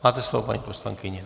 Máte slovo, paní poslankyně.